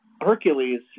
Hercules